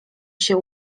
się